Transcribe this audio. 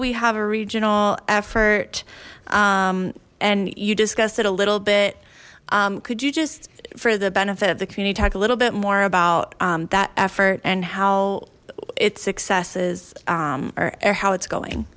we have a regional effort and you discussed it a little bit could you just for the benefit of the community talk a little bit more about that effort and how its successes or how it's going